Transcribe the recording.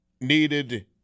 needed